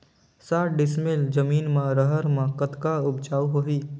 साठ डिसमिल जमीन म रहर म कतका उपजाऊ होही?